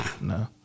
No